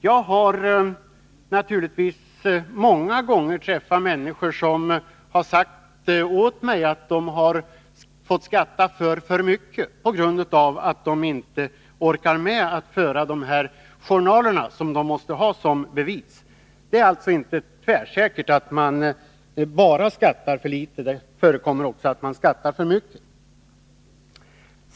Jag har naturligtvis många gånger träffat människor som sagt att de fått betala för mycket skatt på grund av att de inte orkar med att föra de journaler som de måste ha som bevis. Det är alltså inte tvärsäkert att man bara skattar för litet; det förekommer också att man skattar för mycket.